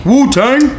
Wu-Tang